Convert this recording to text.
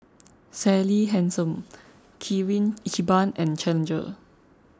Sally Hansen Kirin Ichiban and Challenger